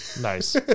Nice